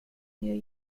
new